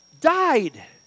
died